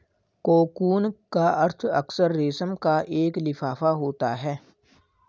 cocoon का अर्थ अक्सर रेशम का एक लिफाफा होता है